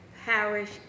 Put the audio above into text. Parish